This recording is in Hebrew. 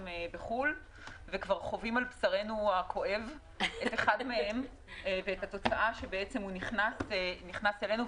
בחו"ל וכבר חווים על בשרנו הכואב את אחד מהם ואת התוצאה שהוא נכנס אלינו,